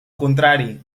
contrari